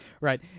right